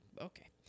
Okay